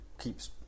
keeps